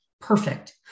perfect